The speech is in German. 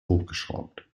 hochgeschraubt